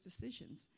decisions